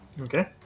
Okay